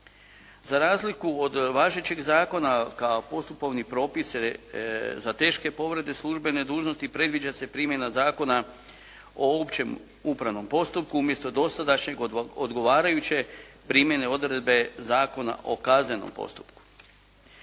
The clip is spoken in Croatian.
Za razliku od važećeg zakona kao postupovni propis za teške povrede službene dužnosti predviđa se primjena Zakona o općem upravnom postupku umjesto dosadašnjeg odgovarajuće primjene odredbe Zakona o kaznenom postupku.